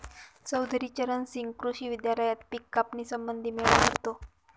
चौधरी चरण सिंह कृषी विद्यालयात पिक कापणी संबंधी मेळा भरतो